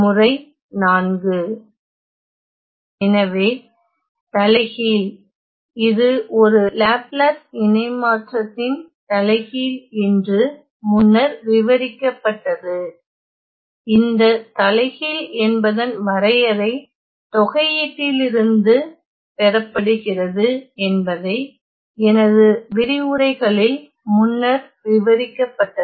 முறை 4 எனவே தலைகீழ் இது ஒரு லாப்லேஸ் இணைமாற்றத்தின் தலைகீழ் என்று முன்னர் விவரிக்கப்பட்டது இந்த தலைகீழ் என்பதன் வரையறை தொகையீட்டிலிருந்து பெறப்படுகிறது என்பதை எனது விரிவுரைகளில் முன்னர் விவரிக்கப்பட்டது